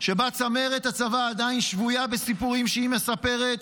שבה צמרת הצבא עדיין שבויה בסיפורים שהיא מספרת,